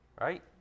Right